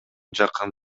жакын